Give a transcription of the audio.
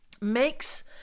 makes